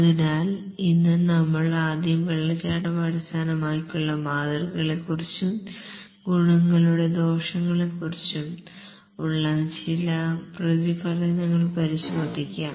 അതിനാൽ ഇന്ന് നമ്മൾ ആദ്യം വാട്ടർഫാൾ അടിസ്ഥാനമാക്കിയുള്ള മാതൃക കളെക്കുറിച്ചും ഗുണങ്ങളുടെ ദോഷങ്ങളെക്കുറിച്ചും ഉള്ള ചില പ്രതിഫലനങ്ങൾ പരിശോധിക്കാം